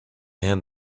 hand